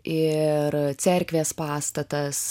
ir cerkvės pastatas